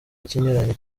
ikinyuranyo